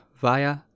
via